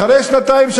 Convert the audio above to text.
אחרי שנתיים,